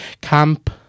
camp